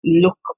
look